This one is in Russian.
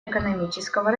экономического